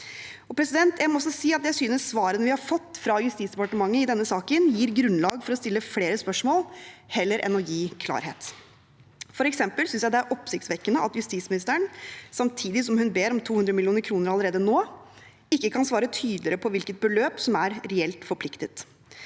jeg synes svarene vi har fått fra Justisdepartementet i denne saken, gir grunnlag for å stille flere spørsmål heller enn å gi klarhet. For eksempel synes jeg det er oppsiktsvekkende at justisministeren, samtidig som hun ber om 200 mill. kr allerede nå, ikke kan svare tydeligere på hvilket beløp som er reelt forpliktet.